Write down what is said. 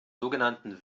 sogenannten